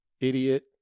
idiot